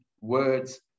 words